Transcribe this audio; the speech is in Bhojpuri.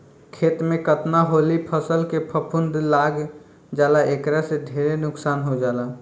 खेत में कतना हाली फसल में फफूंद लाग जाला एकरा से ढेरे नुकसान हो जाला